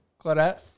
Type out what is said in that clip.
Claudette